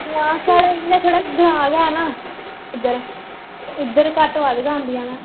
ना साढ़े जेह्ड़ा ग्रांऽ गै ना इद्धर इद्धर घट्ट बद्ध गै आंदियां न